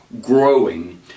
growing